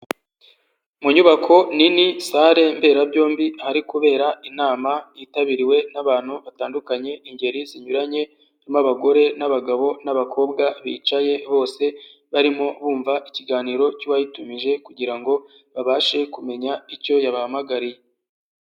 Mu nyubako nini, sare mberabyombi, hari kubera inama yitabiriwe n'abantu batandukanye, ingeri zinyuranye, b'abagore n'abagabo n'abakobwa, bicaye bose barimo bumva ikiganiro cy'uwayitumije, kugira ngo babashe kumenya icyo yabahamagariye.